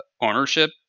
ownership